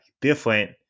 different